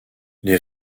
les